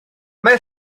mae